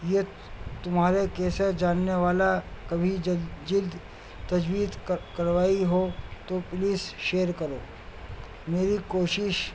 یہ تمہارے کیسے جاننے والا کبھی جل جلد تجوید کروائی ہو تو پلیز شیئر کرو میری کوشش